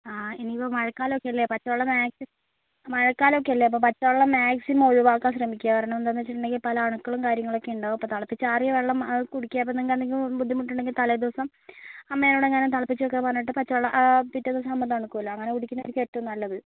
ആ ഇനി ഇപ്പം മഴക്കാലം ഒക്കെ അല്ലേ പച്ചവെള്ളം മാക്സിമം മഴക്കാലം ഒക്കെയല്ലേ അപ്പോൾ പച്ചവെള്ളം മാക്സിമം ഒഴിവാക്കാൻ ശ്രമിക്കുക കാരണം എന്താണെന്ന് വെച്ചിട്ടുണ്ടെങ്കിൽ പല അണുക്കളും കാര്യങ്ങളൊക്കെ ഉണ്ടാവും അപ്പം തിളപ്പിച്ച് ആറിയ വെള്ളം അത് കുടിക്കുക അപ്പം നിങ്ങൾക്ക് എന്തെങ്കിലും ബുദ്ധിമുട്ടുണ്ടെങ്കിൽ തലേ ദിവസം അമ്മേനോട് എങ്ങാനും തിളപ്പിച്ച് വയ്ക്കാൻ പറഞ്ഞിട്ട് പച്ചവെള്ളം പിറ്റേ ദിവസം ആവുമ്പോൾ തണുക്കുമല്ലോ അങ്ങന കുടിക്കുന്നത് ആയിരിക്കും ഏറ്റവും നല്ലത്